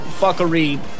fuckery